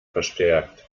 verstärkt